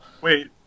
Wait